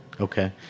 Okay